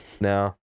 Now